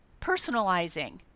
personalizing